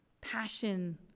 Passion